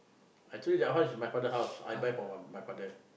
I told you that one is my father house I buy for my my father